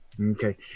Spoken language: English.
okay